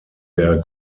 der